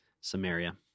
Samaria